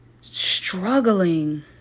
struggling